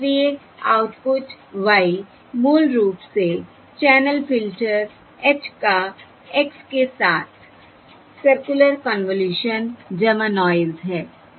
और इसलिए output y मूल रूप से चैनल फ़िल्टर h का x के साथ सर्कुलर कन्वॉल्यूशन नॉयस है